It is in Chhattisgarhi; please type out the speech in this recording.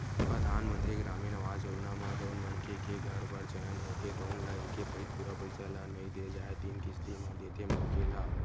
परधानमंतरी गरामीन आवास योजना म जउन मनखे के घर बर चयन होथे तउन ल एके पइत पूरा पइसा ल नइ दे जाए तीन किस्ती म देथे मनखे ल